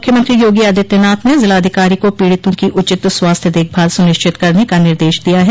मुख्यमंत्री योगी आदित्यनाथ ने जिला अधिकारी को पीडितों की उचित स्वास्थ्य देखभाल सुनिश्चित करने का निर्देश दिया है